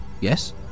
Yes